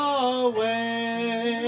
away